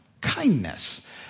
kindness